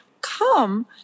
come